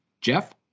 Jeff